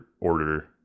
order